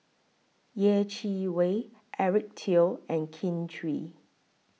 Yeh Chi Wei Eric Teo and Kin Chui